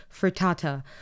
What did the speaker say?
frittata